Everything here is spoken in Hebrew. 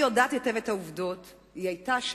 היא יודעת היטב את העובדות, היא היתה שם,